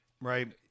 right